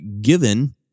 given